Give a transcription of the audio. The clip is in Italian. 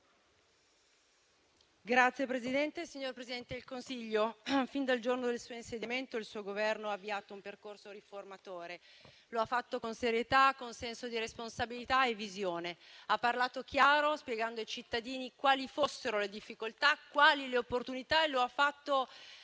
*(FI-BP-PPE)*. Signor Presidente del Consiglio, fin dal giorno del suo insediamento il suo Governo ha avviato un percorso riformatore e lo ha fatto con serietà, con senso di responsabilità e visione. Ha parlato chiaro, spiegando ai cittadini quali fossero le difficoltà, quali le opportunità e lo ha fatto